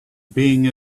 being